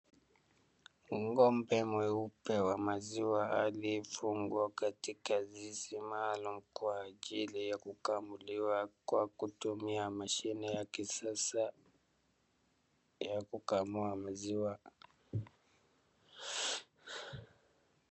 Ng'ombe mweupe wa maziwa aliyefungwa katika zizi maalum kwa ajili ya kukamuliwa kwa kutumia mashine ya kisasa ya kukamua maziwa.